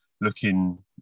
looking